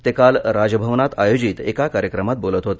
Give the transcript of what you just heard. ते काल राजभवनात आयोजित एका कार्यक्रमात बोलत होते